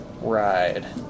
ride